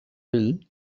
ell